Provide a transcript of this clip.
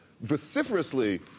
vociferously